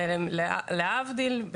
להבדיל,